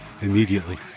Immediately